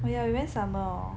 oh ya we went summer hor